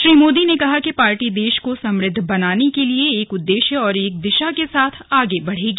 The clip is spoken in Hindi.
श्री मोदी ने कहा कि पार्टी देश को समृद्ध बनाने के लिए एक उद्देश्य और एक दिशा के साथ आगे बढ़ेगी